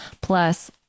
plus